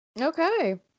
okay